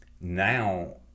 now